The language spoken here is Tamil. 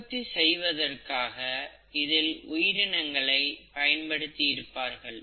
உற்பத்தி செய்வதற்காக இதில் உயிரினங்களை பயன்படுத்தி இருப்பார்கள்